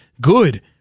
good